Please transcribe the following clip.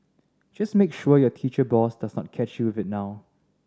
just make sure your teacher boss does not catch you with it now